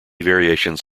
variations